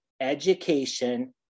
education